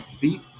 beat